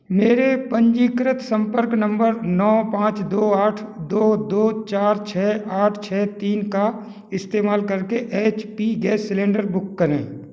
मेरे पंजीकृत सम्पर्क नंबर नौ पाँच दो आठ दो दो चार छः आठ छः तीन का इस्तेमाल करके H P gas cylinder book करें